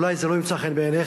אולי זה לא ימצא חן בעיניך,